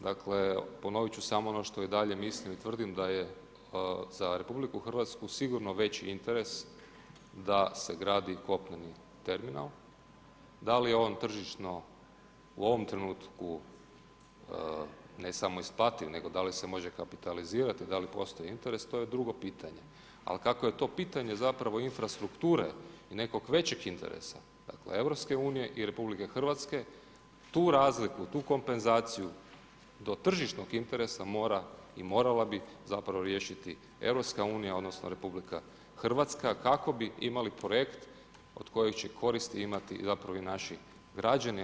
Dakle, ponovit ću samo ono što i dalje mislim i tvrdim da je za RH sigurno veći interes da se gradi kopneni terminal, da li je on tržišno u ovom trenutku ne samo isplativ, nego da li se može kapitalizirati, da li postoji interes, to je drugo pitanje, ali kakvo je to pitanje zapravo infrastrukture i nekog veće interesa, dakle EU-a i RH, tu razliku, tu kompenzaciju do tržišnog interesa mora i morala bi zapravo riješiti EU odnosno RH kako bi imali projekt od kojeg će koristi imati i naši građani a ne samo investitori u kratkom roku.